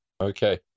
Okay